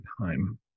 time